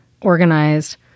organized